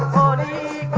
on a